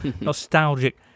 nostalgic